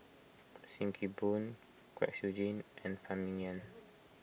Sim Kee Boon Kwek Siew Jin and Phan Ming Yen